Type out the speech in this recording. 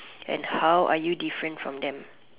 and how are you different from them